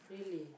really